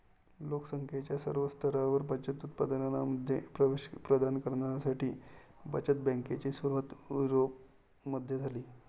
लोक संख्येच्या सर्व स्तरांवर बचत उत्पादनांमध्ये प्रवेश प्रदान करण्यासाठी बचत बँकेची सुरुवात युरोपमध्ये झाली